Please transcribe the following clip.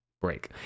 break